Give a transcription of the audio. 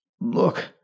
Look